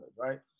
right